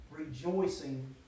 Rejoicing